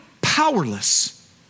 powerless